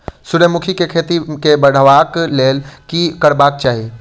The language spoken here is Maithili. सूर्यमुखी केँ खेती केँ बढ़ेबाक लेल की करबाक चाहि?